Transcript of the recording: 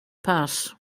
pass